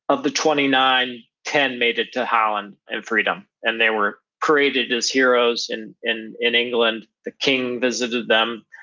of the twenty nine, ten made it to holland and freedom, and they were paraded as heroes and in in england the king visited them,